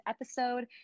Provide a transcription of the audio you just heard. episode